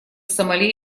сомали